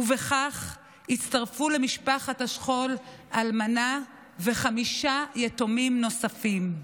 ובכך הצטרפו למשפחת השכול אלמנה וחמישה יתומים נוספים.